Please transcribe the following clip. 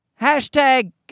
Hashtag